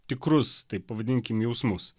tikrus taip pavadinkim jausmus